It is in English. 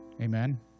Amen